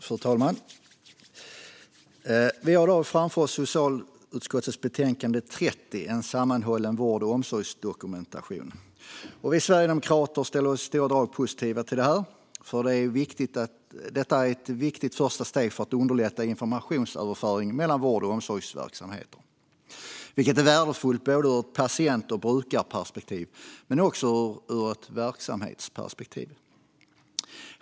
Fru talman! Vi har nu framför oss socialutskottets betänkande 30 Sammanhållen vård och omsorgsdokumentation . Vi sverigedemokrater ställer oss i stora drag positiva till det här. Det är ett viktigt första steg för att underlätta informationsöverföring mellan vård och omsorgsverksamheter, vilket är värdefullt ur ett patient och brukarperspektiv men också ur ett verksamhetsperspektiv.